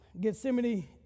Gethsemane